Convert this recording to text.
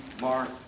Mark